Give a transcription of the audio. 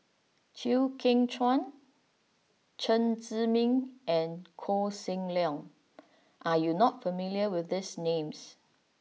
Chew Kheng Chuan Chen Zhiming and Koh Seng Leong are you not familiar with these names